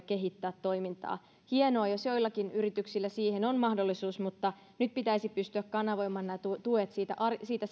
kehittää toimintaa hienoa jos joillakin yrityksillä siihen on mahdollisuus mutta nyt pitäisi pystyä kanavoimaan nämä tuet tuet siitä siitä